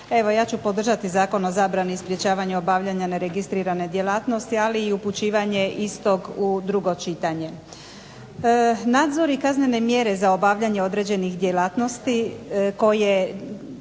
Evo ja ću podržati Zakon o zabrani sprječavanja obavljanja neregistrirane djelatnosti, ali i upućivanje istog u drugo čitanje. Nadzori kaznene mjere za obavljanje određenih djelatnosti, koje